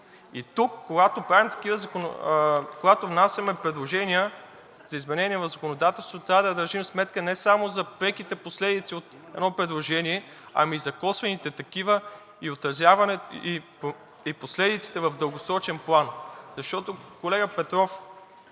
и тук, когато внасяме предложения за изменения в законодателството, трябва да държим сметка не само за преките последици от едно предложение, а и за косвените такива и последиците в дългосрочен план. Защото, колега Петров,